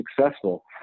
successful